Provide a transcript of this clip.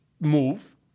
move